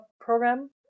program